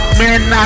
man